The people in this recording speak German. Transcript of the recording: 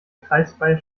kreisfreie